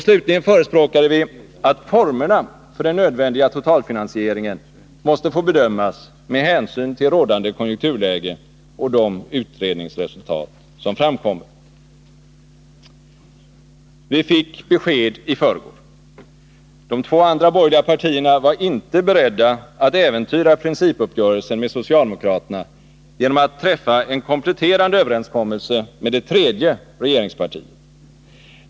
Slutligen förespråkade vi, att formerna för den nödvändiga totalfinansieringen måste få bedömas med hänsyn till rådande konjunkturläge och de utredningsresultat som framkommer. Vi fick besked i förrgår. De två andra borgerliga partierna var inte beredda att äventyra principuppgörelsen med socialdemokraterna genom att träffa en kompletterande överenskommelse med det tredje regeringspartiet.